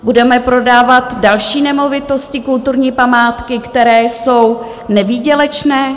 Budeme prodávat další nemovitosti, kulturní památky, které jsou nevýdělečné?